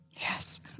Yes